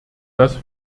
das